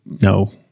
No